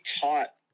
taught